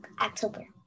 October